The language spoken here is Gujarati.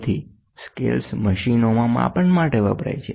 તેથી સ્કેલ મશીનોમાં માપન માટે વપરાય છે